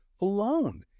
alone